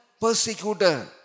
persecutor